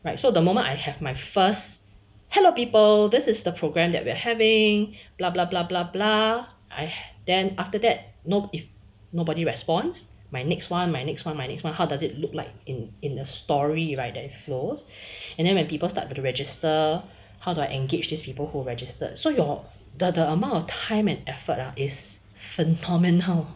right so the moment I have my first hello people this is the program that we are having blah blah blah blah blah I then after that no if nobody respond my next one my next one my next one how does it look like in in the story right that flows and then when people start to register how do I engaged these people who registered so your the the amount of time and effort is phenomenal